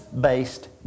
based